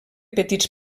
petits